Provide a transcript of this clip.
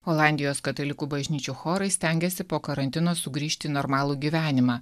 olandijos katalikų bažnyčių chorai stengiasi po karantino sugrįžt į normalų gyvenimą